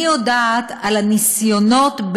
אני יודעת על הניסיונות,